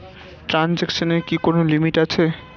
ট্রানজেকশনের কি কোন লিমিট আছে?